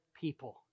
people